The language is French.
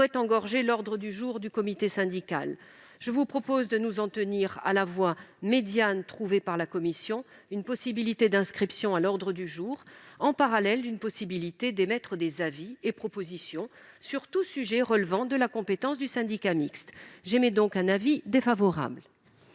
engorger l'ordre du jour du comité syndical. Je propose de nous en tenir à la voie médiane trouvée par la commission, c'est-à-dire à une possibilité d'inscription à l'ordre du jour, en parallèle d'une possibilité d'émettre des avis et propositions sur tout sujet relevant de la compétence du syndicat mixte. La commission émet donc un avis défavorable